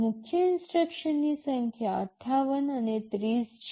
મુખ્ય ઇન્સટ્રક્શન્સની સંખ્યા ૫૮ અને ૩૦ છે